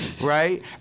Right